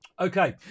Okay